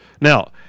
Now